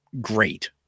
great